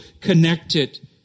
connected